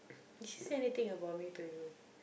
she said anything about me to you